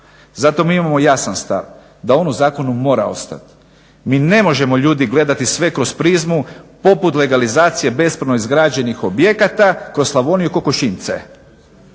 Zato mi imamo jasan stav da on u zakonu mora ostati. Mi ne možemo ljudi gledati sve kroz prizmu poput legalizacije bespravno izgrađenih objekata kroz Slavoniju kokošinjce.